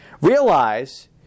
Realize